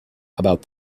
about